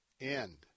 end